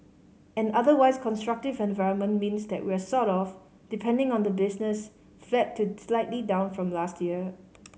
an otherwise constructive environment means that we're sort of depending on the business flat to slightly down from last year